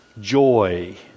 joy